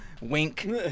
wink